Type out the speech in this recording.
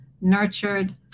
nurtured